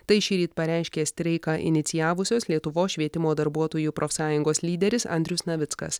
tai šįryt pareiškė streiką inicijavusios lietuvos švietimo darbuotojų profsąjungos lyderis andrius navickas